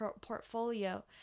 portfolio